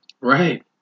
right